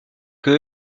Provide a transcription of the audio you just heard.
que